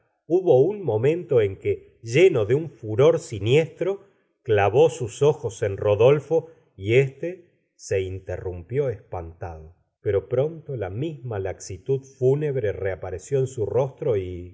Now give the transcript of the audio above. hubo un momento en que lleno de un furor siniestro clavó sus ojos en rodolfo y éste se interrumpió espantado pero pronto la misma laxitud fúnebre reapareció en su restro y